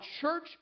church